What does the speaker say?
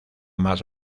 más